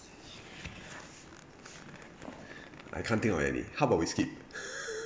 I can't think of any how about we skip